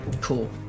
cool